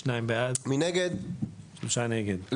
הצבעה בעד, 2 נגד,